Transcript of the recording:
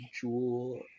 jewel